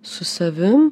su savim